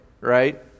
right